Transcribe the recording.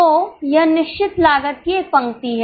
तो यह निश्चित लागत की एक पंक्ति है